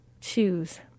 choose